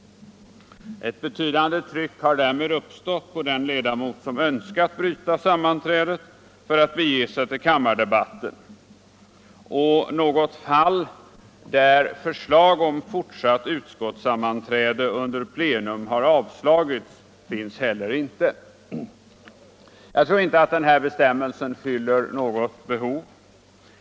Ett betydande tryck har därmed uppstått på den ledamot som önskat bryta sammanträdet för att bege sig till kammardebatten. Något fall där förslag om fortsatt utskottssammanträde under plenum har avslagits finns heller inte. Jag tror inte att den här bestämmelsen fyller något behov.